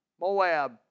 Moab